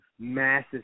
massive